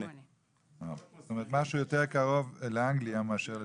זאת אומרת, משהו יותר לאנגליה מאשר לצרפת.